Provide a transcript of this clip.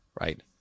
right